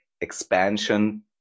expansion